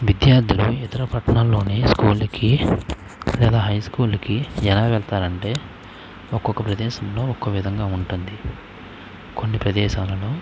విద్యార్థులు ఇతర పట్టణాల్లోని స్కూళ్ళకీ లేదా హై స్కూళ్ళకు ఎలా వెళతారు అంటే ఒక్కొక్క ప్రదేశంలో ఒక్కో విధంగా ఉంటుంది కొన్ని ప్రదేశాలలో